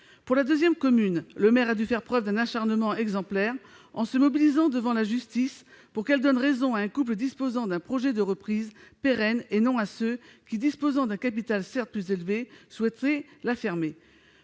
Pour la seconde commune, le maire a dû faire preuve d'un acharnement exemplaire, en mobilisant la justice pour qu'elle donne raison à un couple proposant un projet de reprise pérenne de l'officine et non à ceux qui, disposant d'un capital certes plus élevé, souhaitaient la fermer.